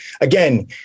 again